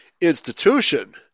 institution